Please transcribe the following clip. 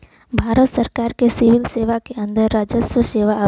भारत सरकार के सिविल सेवा के अंदर राजस्व सेवा आवला